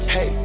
Hey